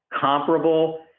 comparable